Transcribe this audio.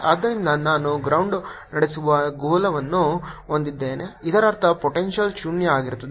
ಆದ್ದರಿಂದ ನಾನು ಗ್ರೌಂಡ್ಡ್ ನಡೆಸುವ ಗೋಳವನ್ನು ಹೊಂದಿದ್ದೇನೆ ಇದರರ್ಥ ಪೊಟೆಂಶಿಯಲ್ ಶೂನ್ಯ ಆಗಿರುತ್ತದೆ